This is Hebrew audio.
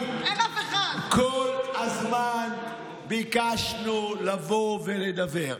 ישבת כאן בפנים נפולות, הרגשת נורא, נראית נורא.